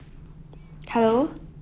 hello